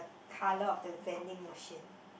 colour of the vending machine